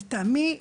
לטעמי,